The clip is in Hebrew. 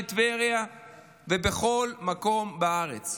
בטבריה ובכל מקום בארץ.